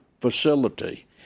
facility